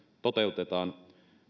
toteutetaan